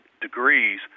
degrees